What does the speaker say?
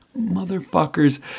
Motherfuckers